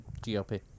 GOP